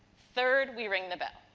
third we ring the bell.